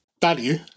value